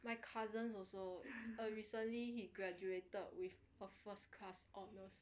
my cousin also recently he graduated with a first class honours